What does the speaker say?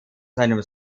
seinem